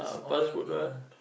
fast food mah